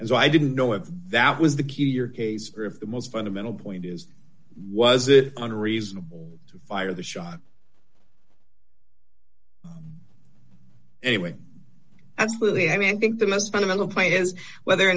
as i didn't know if that was the key to your case or if the most fundamental point is was it unreasonable to fire the shot absolutely i mean i think the most fundamental point is whether or